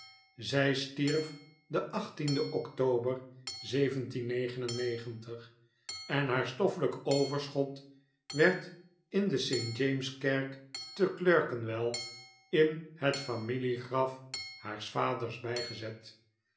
zij stierf den october en haar stoffelijk overschot werd in de st jameskerk te clerkenwell in het familiegraf haars vaders bijgezet